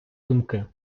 думки